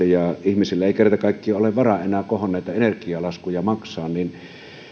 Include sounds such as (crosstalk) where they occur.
(unintelligible) ja ihmisillä ei kerta kaikkiaan ole varaa enää kohonneita energialaskuja maksaa